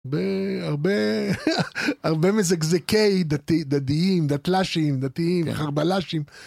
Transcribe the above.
בה... הרבה, הרבה מזגזקי דתיים, דתל"שים, דתיים, חרבלשים...